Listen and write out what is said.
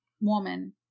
woman